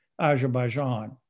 Azerbaijan